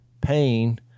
pain